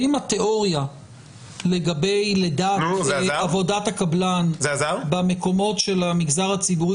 ואם התיאוריה לגבי עבודת הקבלן במקומות של המגזר הציבורי